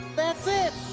that's it!